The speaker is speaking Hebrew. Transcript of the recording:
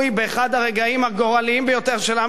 הרגעים הגורליים ביותר של עם ישראל.